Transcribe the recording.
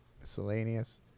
miscellaneous